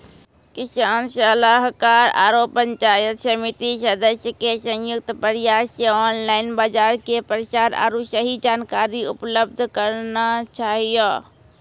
किसान सलाहाकार आरु पंचायत समिति सदस्य के संयुक्त प्रयास से ऑनलाइन बाजार के प्रसार आरु सही जानकारी उपलब्ध करना चाहियो?